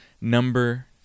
number